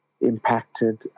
impacted